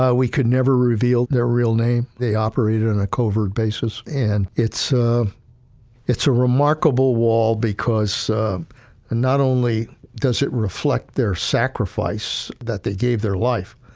ah we could never reveal their real name. they operate in a covert basis. and it's a it's a remarkable wall because and not only does it reflect their sacrifice that they gave their life,